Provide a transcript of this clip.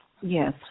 Yes